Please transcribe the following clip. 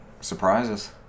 Surprises